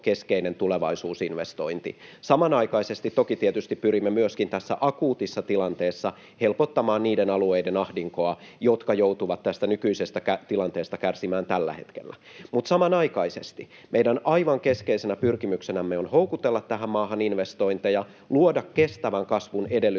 keskeinen tulevaisuusinvestointi. Samanaikaisesti tietysti pyrimme toki tässä akuutissa tilanteessa myöskin helpottamaan niiden alueiden ahdinkoa, jotka joutuvat tästä nykyisestä tilanteesta kärsimään tällä hetkellä. Mutta samanaikaisesti meidän aivan keskeisenä pyrkimyksenämme on houkutella tähän maahan investointeja, luoda kestävän kasvun edellytyksiä.